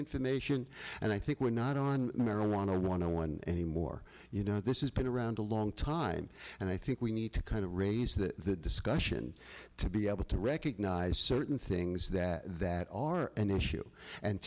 information and i think we're not on marijuana want to one anymore you know this has been around a long time and i think we need to kind of raise that discussion to be able to recognize certain things that that are an issue and